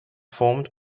formed